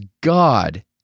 God